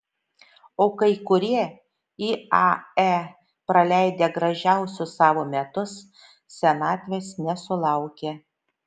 o kai kurie iae praleidę gražiausius savo metus senatvės nesulaukia